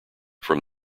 from